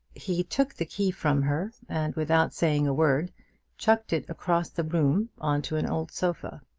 he took the key from her, and without saying a word chucked it across the room on to an old sofa.